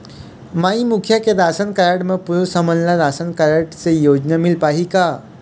माई मुखिया के ration card म पुरुष हमन ला राशन कारड से योजना मिल पाही का?